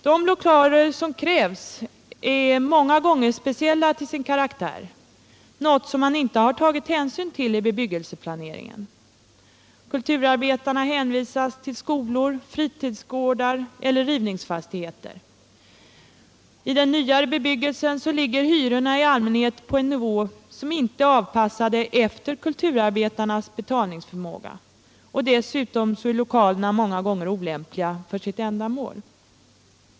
De lokaler som krävs är ofta speciella till sin karaktär, något som man inte har tagit hänsyn till vid bebyggelseplaneringen, utan kulturarbetarna hänvisas i stället till skolor, fritidsgårdar eller rivningsfastigheter. I den nyare bebyggelsen ligger vidare hyrorna i allmänhet på en nivå som inte är avpassad efter kulturarbetarnas betalningsförmåga, och lokalerna är dessutom många gånger olämpliga för sitt ändamål.